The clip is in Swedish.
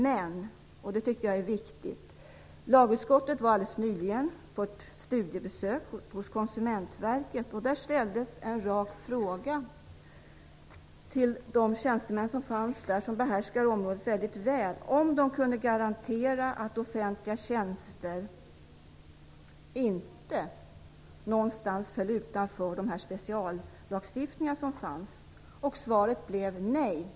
Men - och detta är viktigt - lagutskottet var alldeles nyligen på ett studiebesök hos Konsumentverket, och där ställdes en rak fråga till de tjänstemän som behärskar området väldigt väl om de kunde garantera att offentliga tjänster inte någonstans föll utanför den speciallagstiftning som finns. Svaret blev nej.